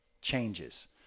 changes